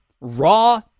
raw